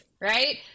right